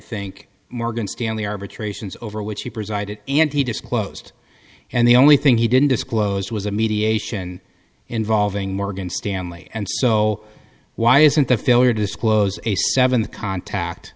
think morgan stanley arbitrations over which he presided and he disclosed and the only thing he didn't disclose was a mediation involving morgan stanley and so why isn't the failure to disclose a seven contact